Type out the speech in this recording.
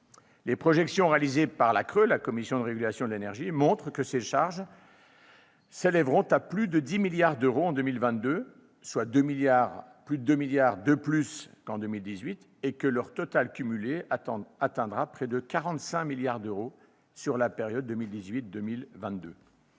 Les projections réalisées par la Commission de régulation de l'énergie, la CRE, montrent que ces charges s'élèveront à plus de 10 milliards d'euros en 2022, soit 2,2 milliards de plus qu'en 2018, et que le total cumulé atteindra 44,9 milliards d'euros sur la période 2018-2022.